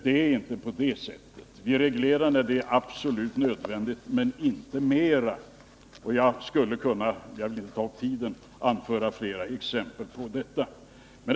Det är inte på det sättet. Vi reglerar när det är absolut nödvändigt, men inte mera. Jag skulle kunna anföra flera exempel på detta, men jag vill inte ta upp tiden.